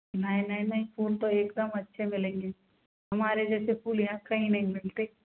नहीं नहीं नहीं फूल तो एक दम अच्छे मिलेंगे हमारे जैसे फूल यहाँ कहीं नहीं मिलते